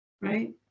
right